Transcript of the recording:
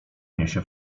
niesie